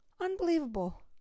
Unbelievable